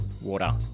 Water